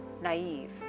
naive